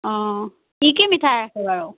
অঁ কি কি মিঠাই আছে বাৰু